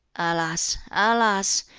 alas, alas!